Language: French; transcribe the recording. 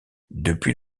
depuis